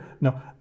No